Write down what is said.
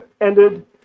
ended